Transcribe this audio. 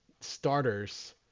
starters